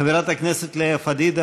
חברת הכנסת לאה פדידה,